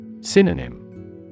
Synonym